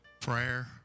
Prayer